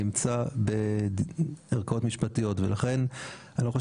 נמצא בערכאות משפטיות ולכן אני לא חושב